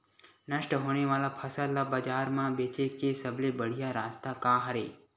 नष्ट होने वाला फसल ला बाजार मा बेचे के सबले बढ़िया रास्ता का हरे?